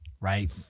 right